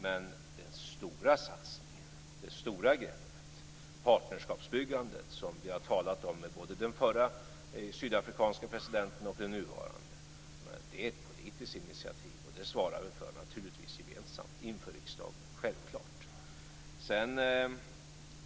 Men den stora satsningen, det stora greppet, partnerskapsbyggandet, som vi har talat om med både den förre sydafrikanska presidenten och den nuvarande, är ett politiskt initiativ. Det ansvarar vi naturligtvis gemensamt inför riksdagen.